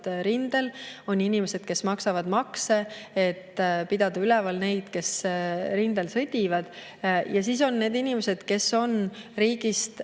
rindel, on inimesed, kes maksavad makse, et pidada üleval neid, kes rindel sõdivad, ja siis on need inimesed, kes on riigist